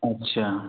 अच्छा